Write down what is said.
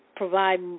provide